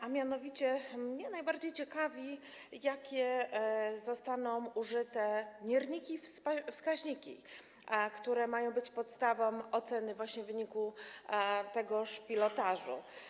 A mianowicie najbardziej ciekawi mnie, jakie zostaną użyte mierniki, wskaźniki, które mają być podstawą oceny właśnie wyniku tegoż pilotażu.